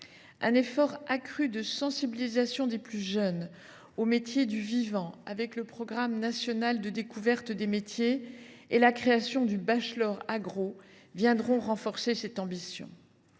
Un effort accru de sensibilisation des plus jeunes aux métiers du vivant, avec le programme national de découverte des métiers et la création du bachelor agro, viendra renforcer cette ambition.